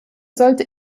sollte